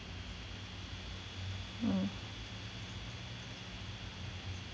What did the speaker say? mm